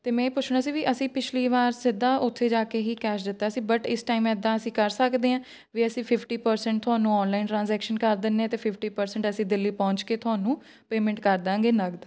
ਅਤੇ ਮੈਂ ਇਹ ਪੁੱਛਣਾ ਸੀ ਵੀ ਅਸੀਂ ਪਿਛਲੀ ਵਾਰ ਸਿੱਧਾ ਉੱਥੇ ਜਾ ਕੇ ਹੀ ਕੈਸ਼ ਦਿੱਤਾ ਸੀ ਬਟ ਇਸ ਟਾਈਮ ਇੱਦਾਂ ਅਸੀਂ ਕਰ ਸਕਦੇ ਹਾਂ ਵੀ ਅਸੀਂ ਫਿਫਟੀ ਪ੍ਰਸੈਂਟ ਤੁਹਾਨੂੰ ਔਨਲਾਈਨ ਟ੍ਰਾਜੈਕਸ਼ਨ ਕਰ ਦਿੰਦੇ ਹਾਂ ਅਤੇ ਫਿਫਟੀ ਪ੍ਰਸੈਂਟ ਅਸੀਂ ਦਿੱਲੀ ਪਹੁੰਚ ਕੇ ਤੁਹਾਨੂੰ ਪੇਮੈਂਟ ਕਰ ਦਾਂਗੇ ਨਕਦ